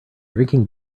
drinking